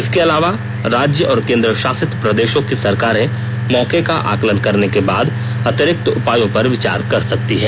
इसके अलावा राज्य और केंद्र शासित प्रदेशों की सरकारें मौके का आकलन करने के बाद अतिरिक्त उपायों पर विचार कर सकती हैं